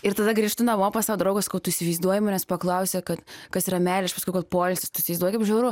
ir tada grįžtu namo pas savo draugą sakau tu įsivaizduoji manęs paklausė kad kas yra meilė aš pasakiau kad poilsis tu įsivaizduoji kaip žiauru